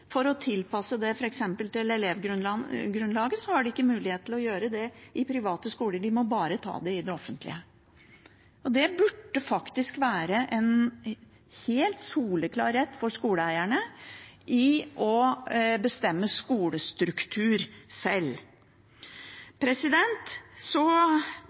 For å tilpasse det til f.eks. elevgrunnlaget har de ikke mulighet til å gjøre det i private skoler, de må ta det bare i de offentlige. Det burde være en helt soleklar rett for skoleeierne å bestemme skolestruktur